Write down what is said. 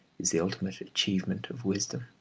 is the ultimate achievement of wisdom.